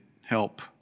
help